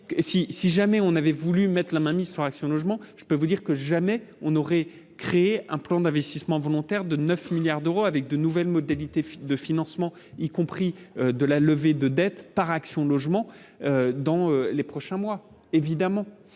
si jamais on avait voulu mettre la main mise sur Action Logement, je peux vous dire que jamais on aurait créé un plan d'investissement volontaire de 9 milliards d'euros avec de nouvelles modalités de financement, y compris de la levée de dettes par Action logement dans les prochains mois, évidemment,